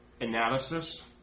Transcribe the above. Analysis